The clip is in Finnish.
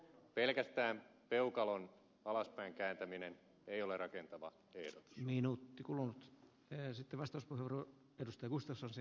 pelkästään peukalon alaspäin kääntäminen ei ole rakentavaa edes minuutti kulunut esittämästä sponsoroi rakentava ehdotus